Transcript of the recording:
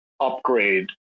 upgrade